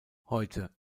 heute